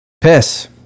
piss